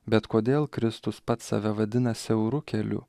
bet kodėl kristus pats save vadina siauru keliu